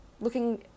looking